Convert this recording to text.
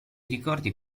ricordi